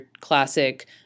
classic